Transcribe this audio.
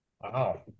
Wow